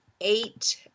eight